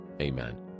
Amen